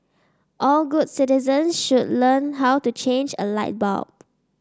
all good citizens should learn how to change a light bulb